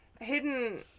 Hidden